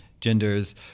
genders